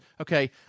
okay